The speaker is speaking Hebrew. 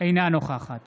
אינה נוכחת